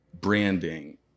branding